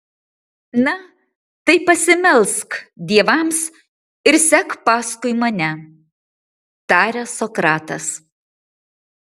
na tai pasimelsk dievams ir sek paskui mane taria sokratas